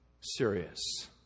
serious